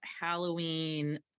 halloween